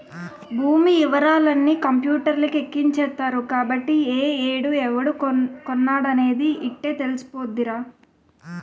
భూమి యివరాలన్నీ కంపూటర్లకి ఎక్కించేత్తరు కాబట్టి ఏ ఏడు ఎవడు కొన్నాడనేది యిట్టే తెలిసిపోద్దిరా